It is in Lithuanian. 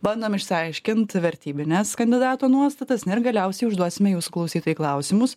bandom išsiaiškint vertybines kandidato nuostatas na ir galiausiai užduosime jūsų klausytojai klausimus